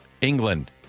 England